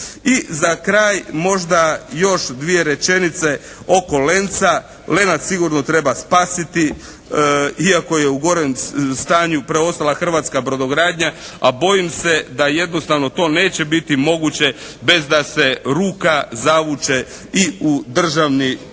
I za kraj možda još dvije rečenice oko “Lenca“. “Lenac“ sigurno treba spasiti iako je u gorem stanju preostala hrvatska brodogradnja, a bojim se da jednostavno to neće biti moguće bez da se ruka zavuče i u državni proračun,